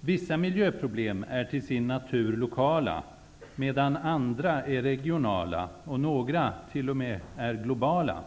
Vissa miljöproblem är till sin natur lokala, medan andra är regionala och några t.o.m. är globala.